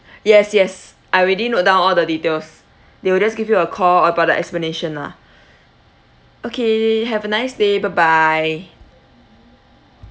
yes yes I already note down all the details they will just give you a call about the explanation lah okay have a nice day bye bye